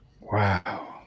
wow